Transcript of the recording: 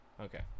Okay